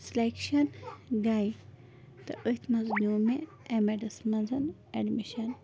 selection گَے تہٕ أتھۍ منٛز نیوٗ مےٚ اٮ۪م اٮ۪ڈَس منٛز اٮ۪ڈمِشَن